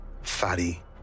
fatty